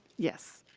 yes.